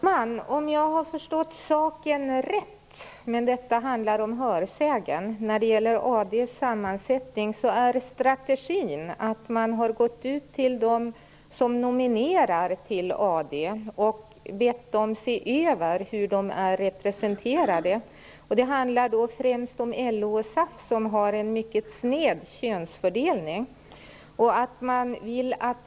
Herr talman! Om jag har förstått saken rätt, men detta handlar om hörsägen, när det gäller Arbetsdomstolens sammansättning är strategin att man har gått ut till dem som nominerar till Arbetsdomstolen och bett dem att se över hur de är representerade. Det handlar då främst om LO och SAF som har en mycket sned könsfördelning.